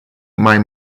mai